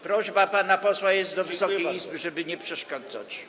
Prośba pana posła jest do Wysokiej Izby, żeby nie przeszkadzać.